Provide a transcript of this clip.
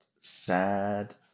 sad